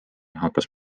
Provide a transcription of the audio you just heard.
hakkas